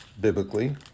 biblically